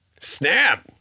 Snap